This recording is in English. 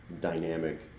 dynamic